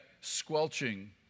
squelching